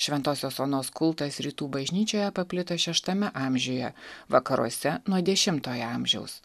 šventosios onos kultas rytų bažnyčioje paplito šeštame amžiuje vakaruose nuo dešimtojo amžiaus